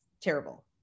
terrible